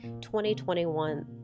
2021